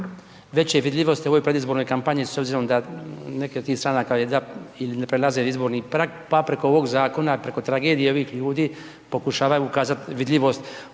veće vidljivosti u ovoj predizbornoj kampanju, s obzirom da neke od tih stranaka ne prelaze izborni prag pa preko ovog zakona, preko tragedije ovih ljudi pokušavaju ukazati vidljivost